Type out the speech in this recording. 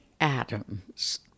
Adams